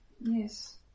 Yes